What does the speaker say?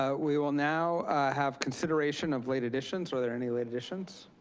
ah we will now have consideration of late additions. were there any late additions?